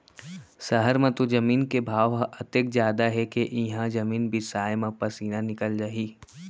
सहर म तो जमीन के भाव ह अतेक जादा हे के इहॉं जमीने बिसाय म पसीना निकल जाही